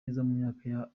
myaka